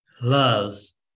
loves